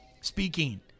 speaking